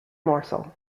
morsel